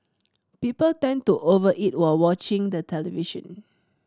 people tend to over eat while watching the television